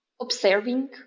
observing